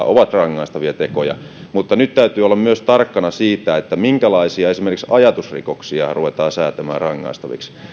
ovat rangaistavia tekoja mutta nyt täytyy olla myös tarkkana siitä että minkälaisia esimerkiksi ajatusrikoksia ruvetaan säätämään rangaistaviksi